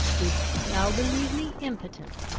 didst thou believe me impotent,